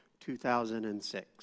2006